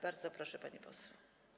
Bardzo proszę, pani poseł.